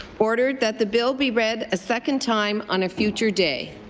ordered that the bill be read a second time on a future day.